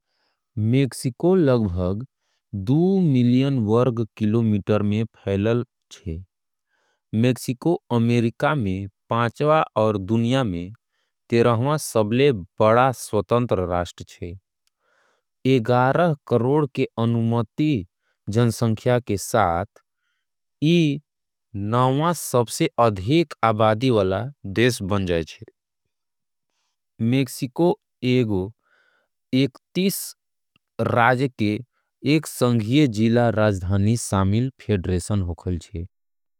मेक्सिको लगभग दु मिलियन वर्ग किलोमीटर में फैलल छे। मेक्सिको अमेरिका में पांचवा और दुनिया में तेरवा सबले। बड़ा स्वतंत्र राष्ट्र छे ग्यारह करोड़ की अनुमानित जनसंख्या। के साथ यह नवीं शताब्दी में सबले अधिक आबादी वाला। देश बन गए रहल छे मेक्सिको एक गो इकतीस राज्यों। के एक संघीय जिला राजधानी शामिल फेडरेशन होवे।